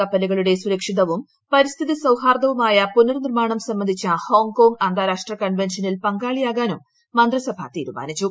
കപ്പലുകളുടെ സുരക്ഷിതവും പരിസ്ഥിതി സൌഹൃദവുമായ നിർമ്മാണം സംബന്ധിച്ച ഹോങ്കോങ് അന്താരാഷ്ട്ര പുനർ കൺവെൻഷനിൽ പങ്കാളിയാകാനും മന്ത്രിസഭ തീരുമാനിച്ചു